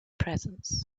presence